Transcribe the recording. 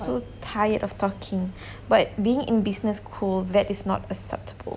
so tired of talking but being in business school that is not acceptable